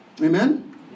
Amen